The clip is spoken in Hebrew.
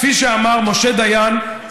כפי שאמר משה דיין,